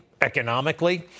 economically